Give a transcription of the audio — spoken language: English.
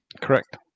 Correct